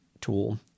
tool